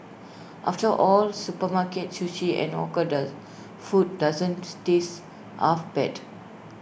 after all supermarket sushi and hawker the food doesn't taste half bad